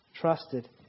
trusted